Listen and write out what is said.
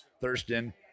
Thurston